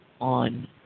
on